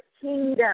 kingdom